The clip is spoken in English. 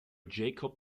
jacob